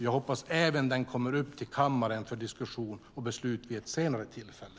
Jag hoppas att även den kommer till kammaren för diskussion och beslut vid ett senare tillfälle.